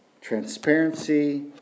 transparency